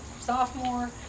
sophomore